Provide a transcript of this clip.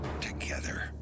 together